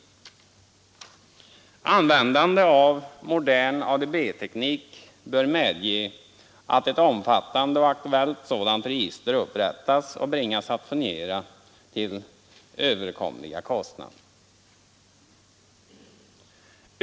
Användande av modern ADB-teknik bör medge att ett omfattande och aktuellt sådant register upprättas och bringas att fungera till överkomliga kostnader.